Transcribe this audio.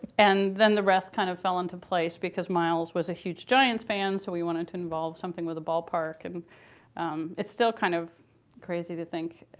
and then the rest kind of fell into place, because miles was a huge giants fan, so we wanted to involve something with a ballpark. and it's still kind of crazy to think.